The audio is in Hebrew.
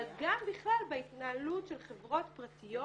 אבל גם בכלל בהתנהלות של חברות פרטיות